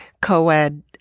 co-ed